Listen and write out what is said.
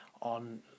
on